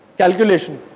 calculation.